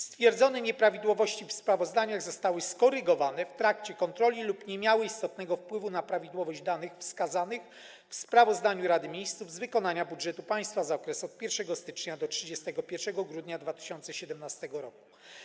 Stwierdzone nieprawidłowości w sprawozdaniach zostały skorygowane w trakcie kontroli lub nie miały istotnego wpływu na prawidłowość danych wskazanych w sprawozdaniu Rady Ministrów z wykonania budżetu państwa za okres od 1 stycznia do 31 grudnia 2017 r.